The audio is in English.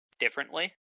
differently